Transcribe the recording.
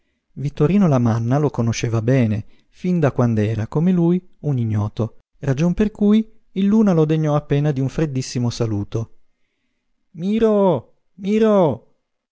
luna vittorino lamanna lo conosceva bene fin da quand'era come lui un ignoto ragion per cui il luna lo degnò appena d'un freddissimo saluto miro miro